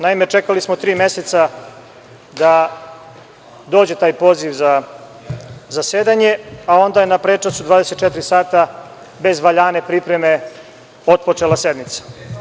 Naime, čekali smo tri meseca da dođe taj poziv za zasedanje, a onda na prečac od 24 sata bez valjane pripreme otpočela je sednica.